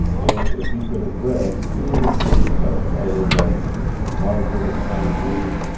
and if he could have read he would have seen such titles as margaret of anjou,